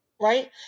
Right